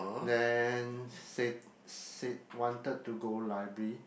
then said said wanted to go library